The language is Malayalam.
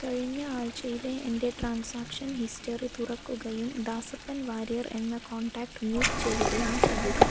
കഴിഞ്ഞ ആഴ്ചയിലെ എൻ്റെ ട്രാൻസാക്ഷൻ ഹിസ്റ്ററി തുറക്കുകയും ദാസപ്പൻ വാര്യർ എന്ന കോൺടാക്റ്റ് മ്യൂട്ട് ചെയ്യുകയും ചെയ്യുക